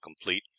complete